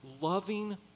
loving